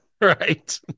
Right